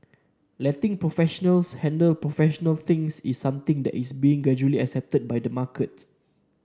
letting professionals handle professional things is something that's being gradually accepted by the market